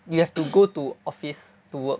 you have to go to office to work